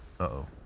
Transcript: Uh-oh